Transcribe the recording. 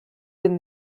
been